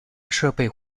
设备